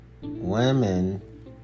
women